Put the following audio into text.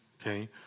Okay